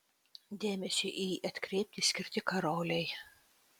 dėmesiui į jį atkreipti skirti karoliai